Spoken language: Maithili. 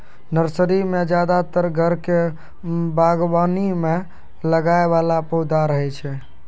नर्सरी मॅ ज्यादातर घर के बागवानी मॅ लगाय वाला पौधा रहै छै